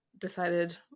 decided